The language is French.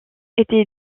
étaient